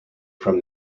from